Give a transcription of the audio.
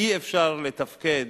אי-אפשר לתפקד.